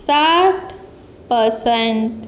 साठ पर्सेंट